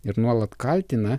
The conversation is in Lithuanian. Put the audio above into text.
ir nuolat kaltina